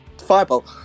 fireball